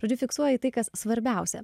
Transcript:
žodžiu fiksuoji tai kas svarbiausia